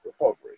recovery